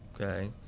okay